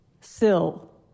Sill